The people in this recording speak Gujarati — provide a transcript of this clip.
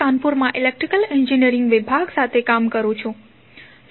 કાનપુર માં ઇલેક્ટ્રિકલ એન્જિનિયરિંગ વિભાગ સાથે કામ કરું છું